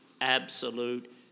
absolute